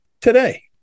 today